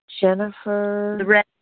Jennifer